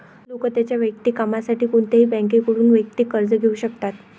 लोक त्यांच्या वैयक्तिक कामासाठी कोणत्याही बँकेकडून वैयक्तिक कर्ज घेऊ शकतात